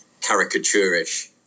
caricaturish